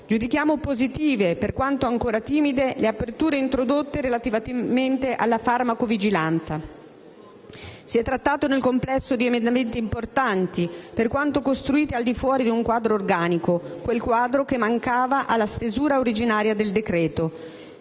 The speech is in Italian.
Giudichiamo positive, per quanto ancora timide, le aperture introdotte relativamente alla farmacovigilanza. Si è trattato nel complesso di emendamenti importanti, per quanto costruiti al di fuori di un quadro organico, quel quadro che mancava alla stesura originaria del decreto-legge.